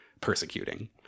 persecuting